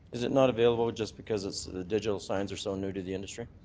is it not available just because it's digital signs are so new to the industry?